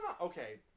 Okay